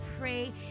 pray